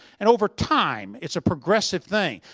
and over time. it's a progressive thing.